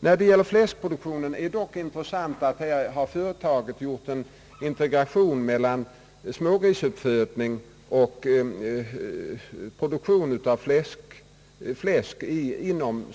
När det gäller fläskproduktionen är det intressant att notera, att företaget gjort en integration mellan smågrisuppfödning och produktion av fläsk.